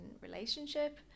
relationship